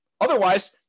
Otherwise